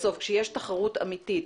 כשיש תחרות אמיתית,